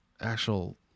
actual